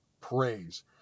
praise